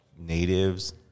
natives